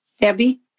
Debbie